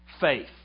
Faith